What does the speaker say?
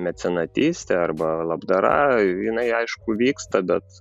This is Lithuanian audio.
mecenatystė arba labdara jinai aišku vyksta bet